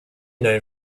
known